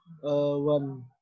one